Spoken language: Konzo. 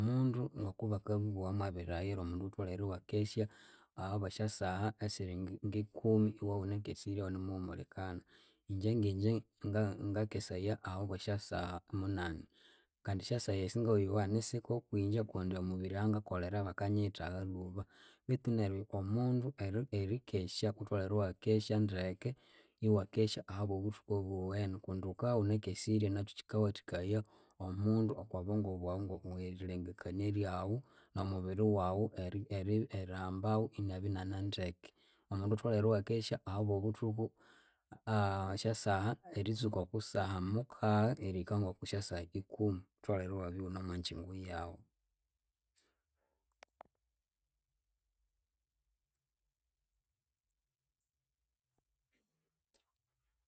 Omundu ngokubakabugha mobilaghira omundu wutholere iwakesya ahabwesyasaha esiri ngikumi iwunakesirye iwunemuhumulikana. Ingye ngingye nga- ngakesaya ahabwesyasaha munani. Kandi esyasaha esi ngayowa nisike okwingye kundi omubiri ahangakolhera bakanyiyithagha lhuba betu neryu omundu neryu erikesya wutholere iwakesya ndeke iwakesya ahabwa obuthuku obuwene kundi wuka iwunakesirye kyikawathikaya omundu okwa bwongo bwawu erilengekania lyawu nomubiri wawu eri- erihambawu inabya inanendeke. Omundu atholere inakesya ahabwobuthuku esyasaha eritsuka okosaha mukagha erihika ngokusyasaha ikumi wutholere eribya iwune omwangyingu yawu.